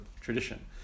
tradition